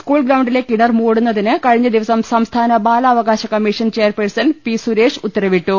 school ഗ്രൌണ്ടിലെ കിണർ മൂടുന്നതിന് കഴിഞ്ഞ ദിവസം സംസ്ഥാന ബാലാവകാശ കമ്മീഷൻ ചെയർപേഴ്സൺ പി സുരേഷ് ഉത്തരവിട്ടു